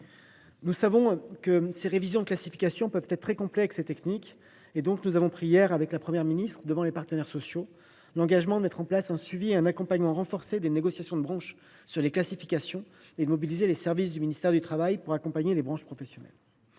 Nous savons que les révisions des classifications peuvent être très complexes ou techniques. Aussi, la Première ministre et moi même avons pris hier devant les partenaires sociaux l’engagement de mettre en place un suivi et un accompagnement renforcés des négociations de branche sur les classifications. Nous mobiliserons les services du ministère du travail pour accompagner les branches professionnelles.